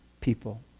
people